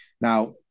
Now